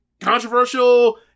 controversial